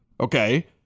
okay